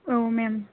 औ मेम